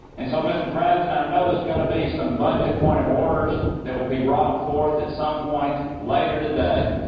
and so, mr. president, i and know there's going to be some budget point of orders that will be brought forth at some point later today.